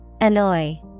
Annoy